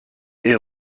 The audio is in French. est